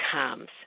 comes